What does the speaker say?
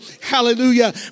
hallelujah